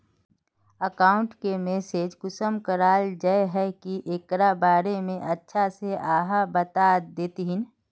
Account के manage कुंसम कराल जाय है की एकरा बारे में अच्छा से आहाँ बता देतहिन?